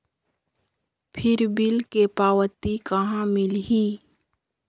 फिर बिल के पावती कहा मिलही?